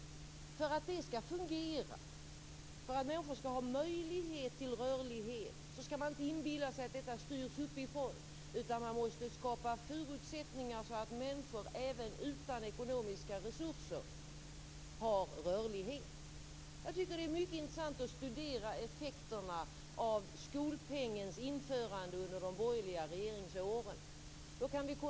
För att det skall fungera, för att människor skall ha möjlighet till rörlighet skall man inte inbilla sig att det styrs uppifrån, utan man måste skapa förutsättningar så att även människor utan ekonomiska resurser har rörlighet. Det är mycket intressant att studera effekterna av skolpengens införande under de borgerliga regeringsåren.